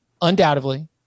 undoubtedly